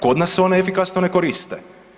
Kod nas se ona efikasno ne koriste.